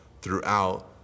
throughout